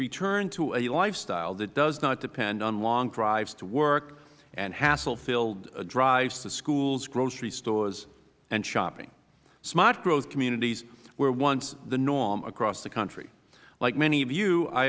return to a lifestyle that does not depend on long drives to work and hassle filled drives to schools grocery stores and shopping smart growth communities were once the norm across the country like many of you i